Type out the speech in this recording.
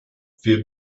wir